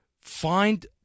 find